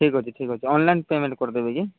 ଠିକ୍ ଅଛି ଠିକ୍ ଅଛି ଅନଲାଇନ୍ ପେମେଣ୍ଟ୍ କରିଦେବେ କି